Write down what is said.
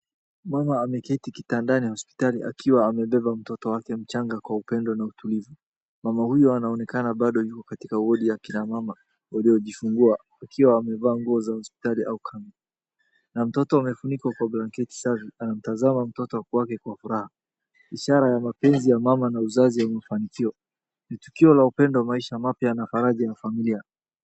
Mama ameketi kitandani hospitali akiwa amebeba mtoto wake mchanga kwa upendo na utulivu. Mama huyo anaonekana bado yuko katika wodi wa akina mama waliowajifungua, akiwa amevaa nguo za hospitali au kanga na mtoto amefunikwa kwa blanket safi anamtazama mtoto wake kwa furaha. Ni ishara ya mapenzi ya mama na uzazi unafanikwa. Ni tukio ya upendo, maisha mapya na faraja ya familia.